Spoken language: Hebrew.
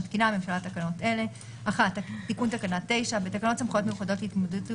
מתקינה הממשלה תקנות אלה: תיקון תקנה 9 1.בתקנות סמכויות מיוחדות להתמודדות